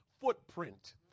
footprint